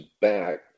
back